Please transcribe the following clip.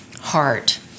heart